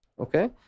Okay